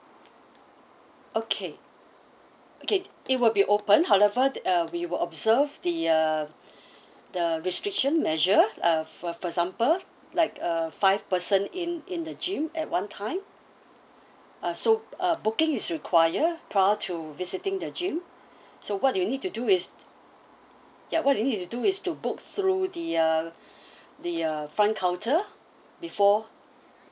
okay okay it will be open however uh we will observe the uh the restriction measure uh for for example like uh five person in in the gym at one time uh so uh booking is require prior to visiting the gym so what you need to do is ya what you need to do is to book through the uh the uh front counter before